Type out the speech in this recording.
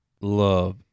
love